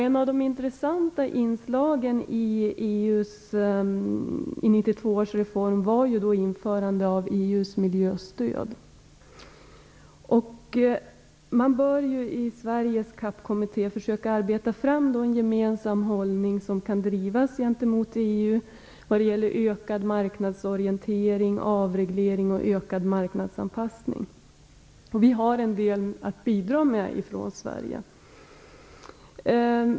Ett av de intressanta inslagen i 1992 års reform var ju införandet av EU:s miljöstöd. Man bör i Sveriges CAP-kommitté försöka att arbeta fram en gemensam hållning som kan drivas gentemot EU när det gäller ökad marknadsorientering, avreglering och ökad marknadsanpassning. Vi har en del att bidra med från Sverige.